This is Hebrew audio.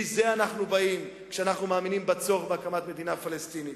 מזה אנחנו באים כשאנחנו מאמינים בצורך בהקמת מדינה פלסטינית.